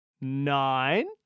Nine